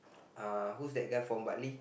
uh who's that guy from Bali